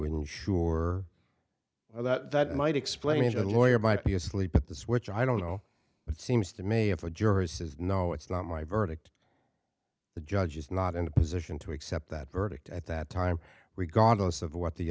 ensure that that might explain a lawyer might be asleep at the switch i don't know but it seems to me if a jury says no it's not my verdict the judge is not in a position to accept that verdict at that time regardless of what the